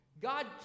God